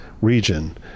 region